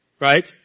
right